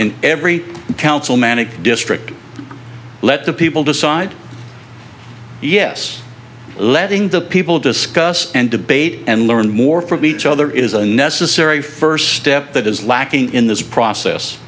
in every council manik district let the people decide yes letting the people discuss and debate and learn more from each other is a necessary first step that is lacking in this process